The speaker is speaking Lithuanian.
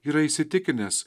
yra įsitikinęs